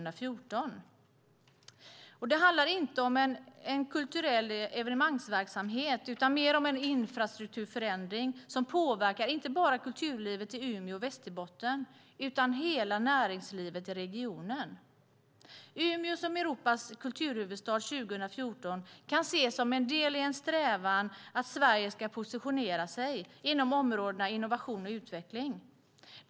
Det handlar inte om en kulturell evenemangsverksamhet utan om en infrastrukturförändring som påverkar inte bara kulturlivet i Umeå och Västerbotten utan hela näringslivet i regionen. Umeå som Europas kulturhuvudstad 2014 kan ses som en del i en strävan att Sverige ska positionera sig inom områdena innovation och utveckling.